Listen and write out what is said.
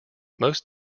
most